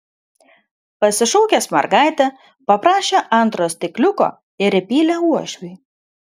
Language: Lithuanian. pasišaukęs mergaitę paprašė antro stikliuko ir įpylė uošviui